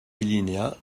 alinéa